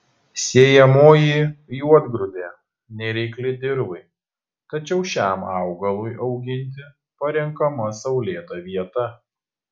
sėjamoji juodgrūdė nereikli dirvai tačiau šiam augalui auginti parenkama saulėta vieta